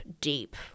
deep